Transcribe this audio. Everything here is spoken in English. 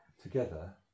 together